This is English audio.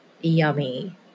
yummy